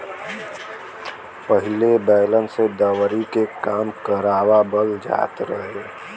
पहिले बैलन से दवरी के काम करवाबल जात रहे